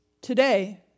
Today